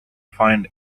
find